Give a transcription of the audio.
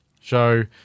show